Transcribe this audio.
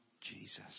Jesus